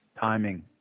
timing